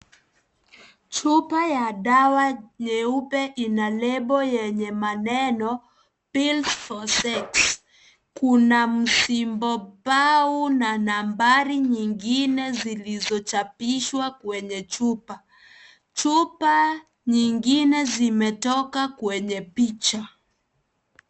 Chupa ya dawa nyeupe, ina label yenye maneno, pills for sex .Kuna msimbo bau na nambari nyingine, zilizochapishwa kwenye chupa. Chupa nyingine zimetoka kwenye picha.